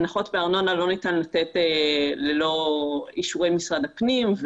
הנחות בארנונה לא ניתן לתת ללא אישורי משרד הפנים.